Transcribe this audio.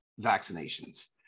vaccinations